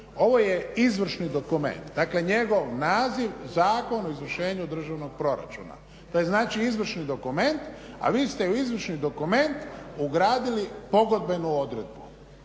ovo je izvršni dokument, dakle njegovo naziv Zakon o izvršenju državnog proračuna, to je znači izvršni dokument a vi ste u izvršni dokument ugradili pogodbenu odredbu